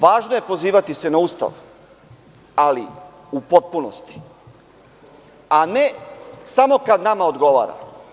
Važno je pozivati se na Ustav, ali u potpunosti, a ne samo kada nama odgovara.